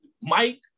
mike